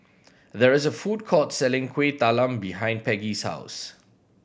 there is a food court selling Kuih Talam behind Peggie's house